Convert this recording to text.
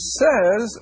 says